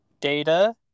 data